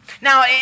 Now